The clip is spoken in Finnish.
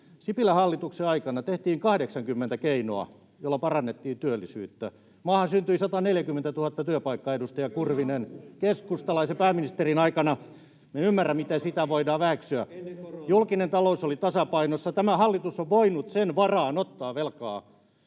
Sipilän hallituksen aikana tehtiin 80 keinoa, joilla parannettiin työllisyyttä. Maahan syntyi 140 000 työpaikkaa, edustaja Kurvinen, keskustalaisen pääministerin aikana. Minä en ymmärrä, miten sitä voidaan väheksyä. Julkinen talous oli tasapainossa, tämä hallitus on voinut sen varaan ottaa velkaa,